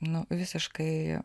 nu visiškai